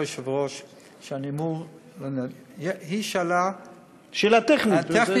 אני רק מזכיר שאם השואלים ירצו לקבל